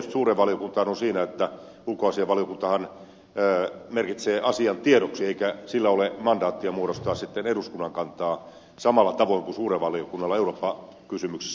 ero suureen valiokuntaan on tietysti siinä että ulkoasianvaliokuntahan merkitsee asian tiedoksi eikä sillä ole mandaattia muodostaa sitten eduskunnan kantaa samalla tavoin kuin suurella valiokunnalla eurooppa kysymyksissä